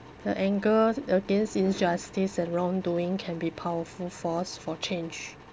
the anger against injustice and wrongdoing can be powerful force for change